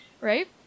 right